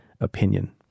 opinion